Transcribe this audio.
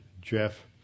Jeff